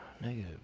negative